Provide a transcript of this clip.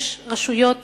יש רשויות